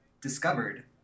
discovered